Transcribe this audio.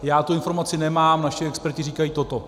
Já tu informaci nemám, naši experti říkají toto.